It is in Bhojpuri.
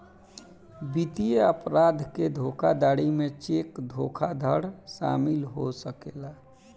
वित्तीय अपराध के धोखाधड़ी में चेक धोखाधड़ शामिल हो सकेला